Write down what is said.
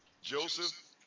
Joseph